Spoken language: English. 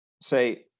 say